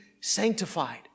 sanctified